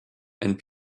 and